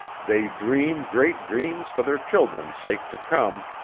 they dream great dreams for their children's sake to come,